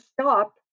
stop